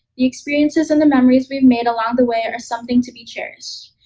the experiences and the memories we've made along the way are something to be cherished.